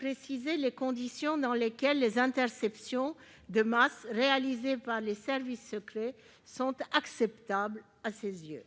précise les conditions dans lesquelles les interceptions de masse réalisées par les services secrets sont acceptables à ses yeux.